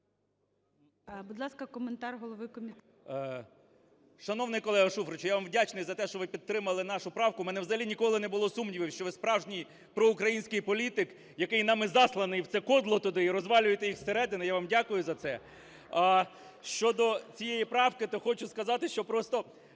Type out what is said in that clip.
Будь ласка, коментар голови комітету. 16:26:55 КНЯЖИЦЬКИЙ М.Л. Шановний колего Шуфрич, я вам вдячний за те, що ви підтримали нашу правку. У мене взагалі ніколи не було сумнівів, що ви справжній проукраїнський політик, який нами засланий у це кодло туди і розвалюєте їх зсередини. Я вам дякую за це. А щодо цієї правки, то хочу сказати, що просто…